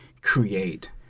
create